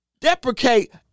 deprecate